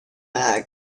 bag